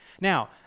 Now